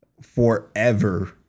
forever